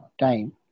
time